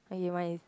(aiya) mine is